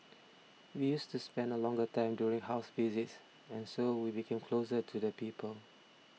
we used to spend a longer time during house visits and so we became closer to the people